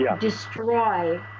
destroy